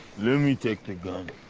let me take the gun.